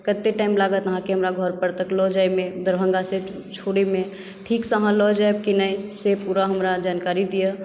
कते टाइम लागत अहाँकेँ हमरा घर पर लऽ जायमे दरभङ्गासँ छोड़यमे ठीकसँ अहाँ लऽ जाएब कि नही से पुरा हमरा जानकारी दिअ